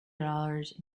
dollars